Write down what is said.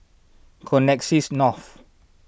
Connexis North